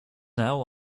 now